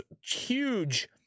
huge